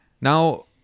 now